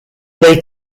they